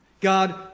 God